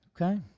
Okay